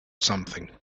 something